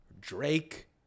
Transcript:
Drake